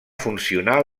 funcionar